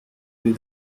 with